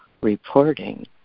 reporting